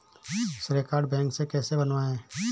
श्रेय card bank से कैसे बनवाएं?